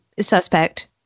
suspect